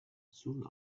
soon